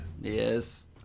Yes